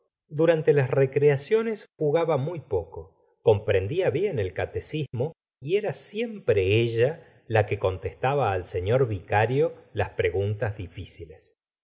durante las recreaciones jugaba muy poco comprendía bien el catecismo y era siempre ella la que contestaba al senor vicario las preguntas difíciles